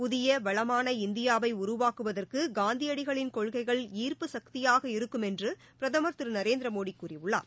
புதிய வளமான இந்தியாவை உருவாக்குவதற்கு காந்தியடிகளின் கொள்கைகள் ஈர்ப்பு சக்தியாக இருக்கும் என்று பிரதமர் திரு நரேந்திர மோடி கூறியுள்ளார்